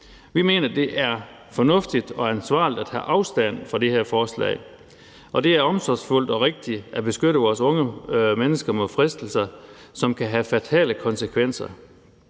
Vi mener, det er fornuftigt og ansvarligt at tage afstand fra det her forslag, og det er omsorgsfuldt og rigtigt at beskytte vores unge mennesker mod fristelser, som kan have fatale konsekvenser